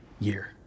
year